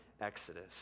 exodus